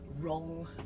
wrong